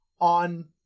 on